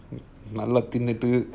neglecting the two